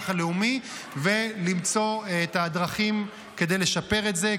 הלאומי ולמצוא את הדרכים כדי לשפר את זה,